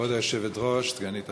כבוד היושבת-ראש, סגנית השר,